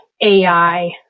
AI